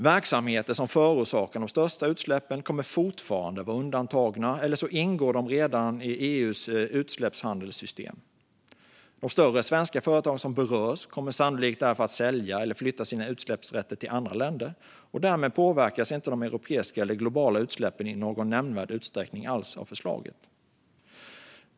Verksamheter som förorsakar de allra största utsläppen kommer fortfarande att vara undantagna, eller så ingår de redan i EU:s utsläppshandelssystem. De större svenska företag som berörs kommer därför sannolikt att sälja eller flytta sina utsläppsrätter till andra länder, och därmed påverkas inte de europeiska eller globala utsläppen i någon nämnvärd utsträckning av förslaget.